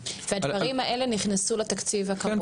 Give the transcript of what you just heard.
צעירים): הדברים האלה נכנסו לתקציב הקבוע.